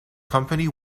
company